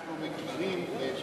אנחנו מכירים את